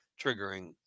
triggering